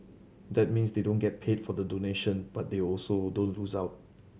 that means they don't get paid for the donation but they also don't lose out